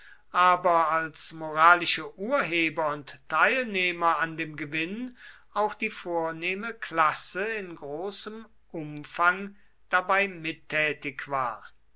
aber als moralische urheber und teilnehmer an dem gewinn auch die vornehme klasse in großem umfang dabei mittätig war